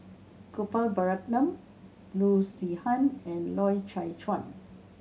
Gopal Baratham Loo Zihan and Loy Chye Chuan